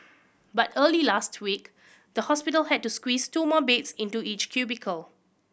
but early last week the hospital had to squeeze two more beds into each cubicle